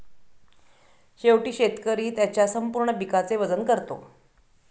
शेवटी शेतकरी त्याच्या संपूर्ण पिकाचे वजन करतो